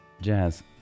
Jazz